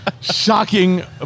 Shocking